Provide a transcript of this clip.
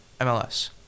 MLS